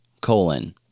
colon